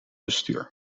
bestuur